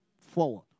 forward